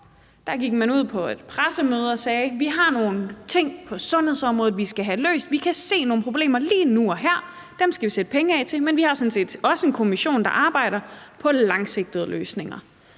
Der gik man ud på et pressemøde og sagde: Vi har nogle ting på sundhedsområdet, vi skal have løst; vi kan se nogle problemer lige nu og her, og dem skal vi sætte penge af til, men vi har sådan set også en kommission, der arbejder på langsigtede løsninger.